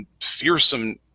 fearsome